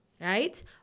Right